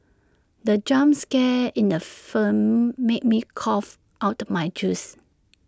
the jump scare in the film made me cough out my juice